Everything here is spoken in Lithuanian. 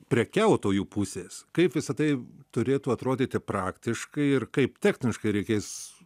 prekiautojų pusės kaip visa tai turėtų atrodyti praktiškai ir kaip techniškai reikės